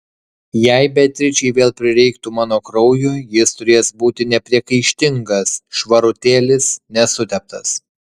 jei beatričei vėl prireiktų mano kraujo jis turės būti nepriekaištingas švarutėlis nesuteptas